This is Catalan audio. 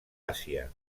àsia